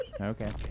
Okay